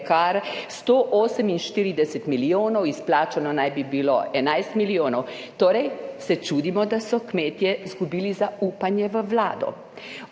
kar 148 milijonov, izplačane naj bi bilo 11 milijonov. Torej, se čudimo, da so kmetje izgubili zaupanje v Vlado?